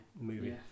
movie